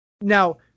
now